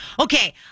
Okay